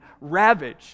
ravaged